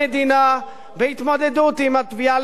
בהתמודדות עם התביעה לצדק חברתי,